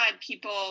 people